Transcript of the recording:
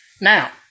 Now